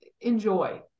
enjoy